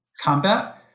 combat